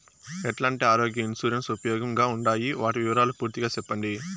ఎట్లాంటి ఆరోగ్య ఇన్సూరెన్సు ఉపయోగం గా ఉండాయి వాటి వివరాలు పూర్తిగా సెప్పండి?